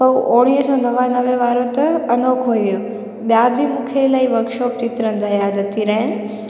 त उहो उणिवीह सौ नवानवे वारो त अनोखो हुओ ॿिया बि मूंखे इलाही वर्कशॉप चित्रनि जा यादि अची रहिया आहिनि